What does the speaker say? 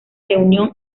reunión